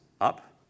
up